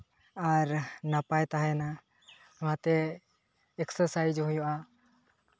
ᱟᱨ ᱱᱟᱯᱟᱭ ᱛᱟᱦᱮᱱᱟ ᱚᱱᱟᱛᱮ ᱮᱠᱥᱟᱨᱥᱟᱭᱤᱡᱽ ᱦᱚᱸ ᱦᱩᱭᱩᱜᱼᱟ